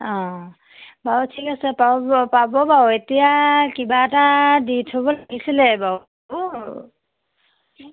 অ বাৰু ঠিক আছে পাব পাব বাৰু এতিয়া কিবা এটা দি থ'ব লাগিছিলে বাৰু